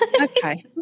Okay